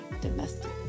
domestic